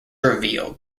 revealed